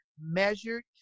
measured